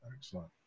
Excellent